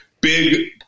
big